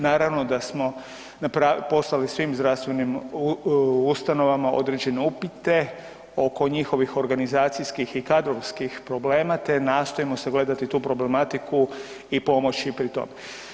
Naravno da smo poslali svim zdravstvenim ustanovama određene upite oko njihovih organizacijskih i kadrovskih problema te nastojimo sagledati tu problematiku i pomoći pri tome.